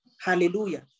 Hallelujah